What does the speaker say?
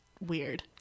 weird